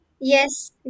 Yes